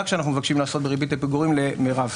שאנחנו מבקשים לעשות בריבית הפיגורים למירב.